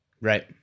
Right